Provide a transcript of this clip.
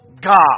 God